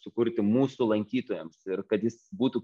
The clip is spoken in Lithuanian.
sukurti mūsų lankytojams ir kad jis būtų